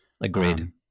Agreed